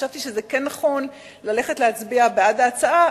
חשבתי שזה כן נכון ללכת להצביע בעד ההצעה,